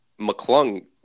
McClung